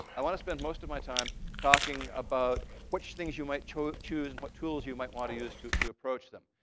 i want to spend most of my time talking about which things you might choose, and what tools you might want to use to to approach them.